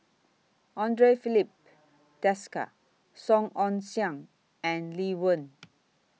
Andre Filipe Desker Song Ong Siang and Lee Wen